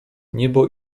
niebo